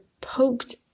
poked